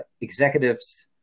executive's